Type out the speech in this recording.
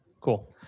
Cool